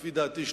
לפי דעתי,